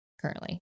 currently